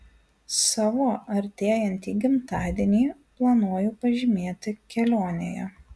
savo artėjantį gimtadienį planuoju pažymėti kelionėje